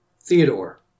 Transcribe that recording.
Theodore